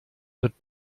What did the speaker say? wird